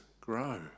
grow